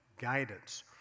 guidance